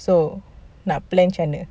so nak plan macam mana